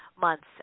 months